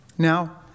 Now